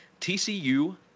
TCU